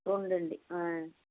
రెండు అండి